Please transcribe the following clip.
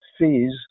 fees